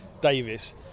Davis